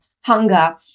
hunger